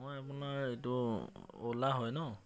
মই আপোনাৰ এইটো অ'লা হয় ন